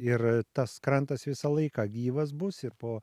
ir tas krantas visą laiką gyvas bus ir po